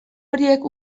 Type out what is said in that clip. horiek